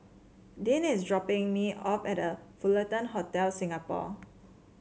Dean is dropping me off at The Fullerton Hotel Singapore